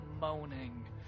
moaning